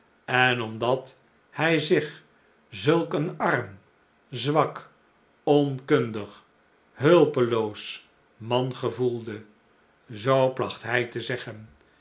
en omdat hij zich zulk een arm zwak onkundig hulpeloos man gevoelde zoo placht hij te zeggen